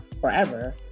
forever